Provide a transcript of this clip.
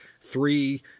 three